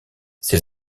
ses